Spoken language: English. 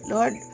Lord